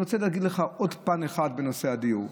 אני רוצה להגיד לך עוד פן אחד בנושא הדיור.